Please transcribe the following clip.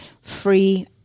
free